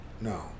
No